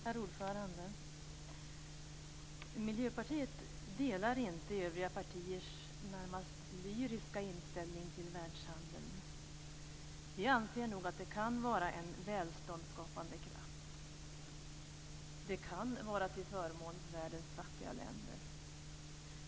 Herr talman! Miljöpartiet delar inte övriga partiers närmast lyriska inställning till världshandeln. Vi anser nog att den kan vara en välståndsskapande kraft. Den kan vara till förmån för världens fattiga länder.